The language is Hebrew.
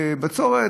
בצורת?